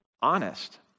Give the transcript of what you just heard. honest